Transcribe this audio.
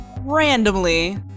randomly